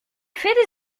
fait